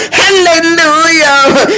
hallelujah